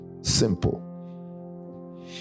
Simple